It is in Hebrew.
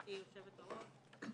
גברתי יושבת-הראש,